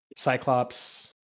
Cyclops